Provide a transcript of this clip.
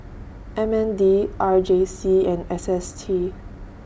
M N D R J C and S S T